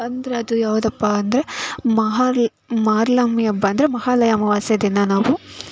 ಅಂದ್ರೆ ಅದು ಯಾವುದಪ್ಪ ಅಂದರೆ ಮಹಾರ್ಲ್ ಮಾರ್ನಮಿ ಹಬ್ಬ ಅಂದರೆ ಮಹಾಲಯ ಅಮಾವಾಸ್ಯೆ ದಿನ ನಾವು